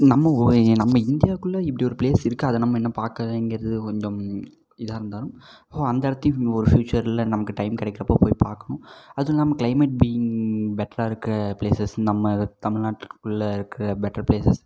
நம்ம நம்ம இந்தியாவுக்குள்ளே இப்படி ஒரு பிளேஸ் இருக்கு அதை நம்ம இன்னும் பார்க்கலேங்கிறது கொஞ்சம் இதாக இருந்தாலும் ஹோ அந்த இடத்தையும் ஒரு ப்யூச்சரில் நமக்கு டைம் கிடைக்கிறப்போது போய் பார்க்கணும் அது நம்ம கிளைமேட் ஃபீயிங் பெட்டரா இருக்க பிளேஸஸ் நம்ம இதை தமிழ்நாட்டுக்குள்ளே இருக்கிற பெட்டர் பிளேஸஸ்